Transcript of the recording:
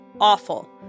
awful